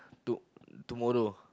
to tomorrow